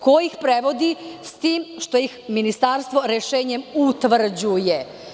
Ko ih prevodi, s tim što ih Ministarstvo rešenjem utvrđuje?